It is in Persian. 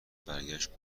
برگشت